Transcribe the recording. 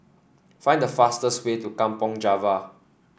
find the fastest way to Kampong Java